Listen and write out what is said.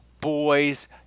boys